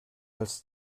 als